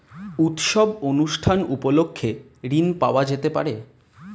উৎসব অনুষ্ঠান উপলক্ষে ঋণ পাওয়া যেতে পারে?